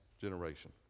generation